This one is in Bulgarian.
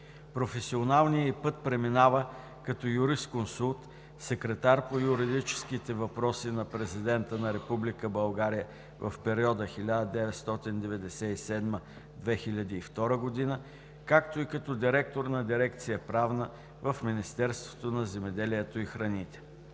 Професионалният ѝ път преминава като юрисконсулт, секретар по юридическите въпроси на Президента на Република България в периода 1997 – 2002 г., както и като директор на дирекция „Правна“ в Министерството на земеделието и храните.